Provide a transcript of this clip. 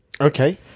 Okay